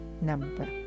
number